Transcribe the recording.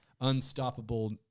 unstoppable